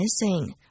missing